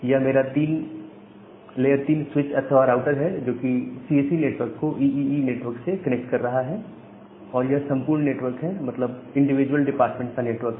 यह मेरा layer 3 switch अथवा राउटर है जो कि सीएसई नेटवर्क को ईईई नेटवर्क से कनेक्ट कर रहा है और यह संपूर्ण नेटवर्क है मतलब इंडिविजुअल डिपार्टमेंट का नेटवर्क है